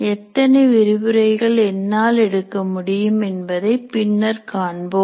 எத்தனை விரிவுரைகள் என்னால் எடுக்க முடியும் என்பதை பின்னர் காண்போம்